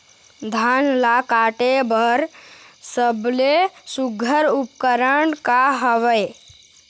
धान ला काटे बर सबले सुघ्घर उपकरण का हवए?